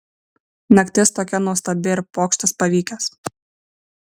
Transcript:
naktis tokia nuostabi ir pokštas pavykęs